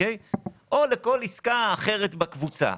"או לכל עסקה אחרת בקבוצה".